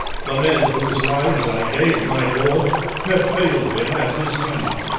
the men whose lives i gave my lord have failed him at his need.